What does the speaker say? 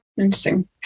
interesting